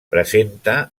presenta